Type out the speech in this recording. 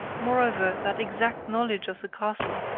moreover, that exact knowledge of the castle,